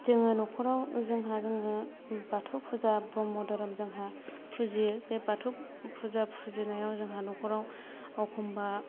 जोङो नखराव जोंहा जोंहा बाथौ फुजा ब्रह्म धोरोम जोंहा फुजियो बे बाथौ फुजा फुजिनायाव जोंहा नखराव अखमबा